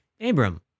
Abram